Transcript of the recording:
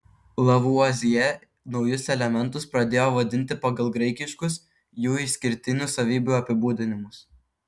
lavuazjė naujus elementus pradėjo vadinti pagal graikiškus jų išskirtinių savybių apibūdinimus